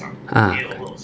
ah